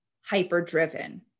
hyper-driven